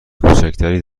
کوچکتری